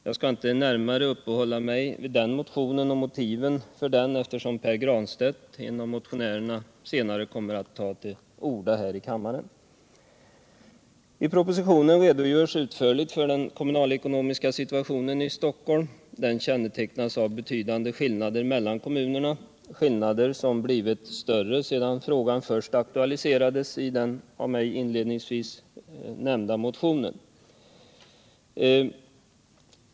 Jag skall inte närmare uppehålla mig vid motionen och motiven bakom den, eftersom Pär Granstedt, en av motionärerna, senare kommer att ta till orda här i kammaren. I propositionen redogörs utförligt för den kommunalekonomiska situationen i Stockholms län. Den kännetecknas av betydande skillnader mellan kommunerna, skillnader som blivit större än när de först aktualiserades i den av mig inledningsvis nämnda motionen.